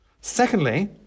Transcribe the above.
Secondly